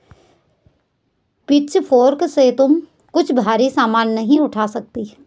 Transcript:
pitchfork से तुम कुछ भारी सामान नहीं उठा सकती